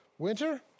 Winter